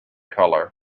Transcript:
colour